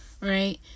right